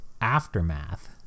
aftermath